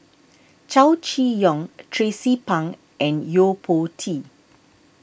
Chow Chee Yong Tracie Pang and Yo Po Tee